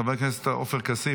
חבר הכנסת עופר כסיף,